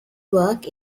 work